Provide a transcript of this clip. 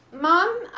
mom